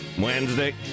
Wednesday